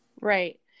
Right